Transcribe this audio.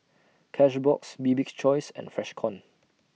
Cashbox Bibik's Choice and Freshkon